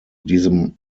diesem